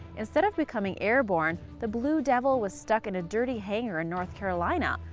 instead of becoming airborne, the blue devil was stuck in a dirty hangar in north carolina,